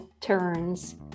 turns